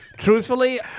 Truthfully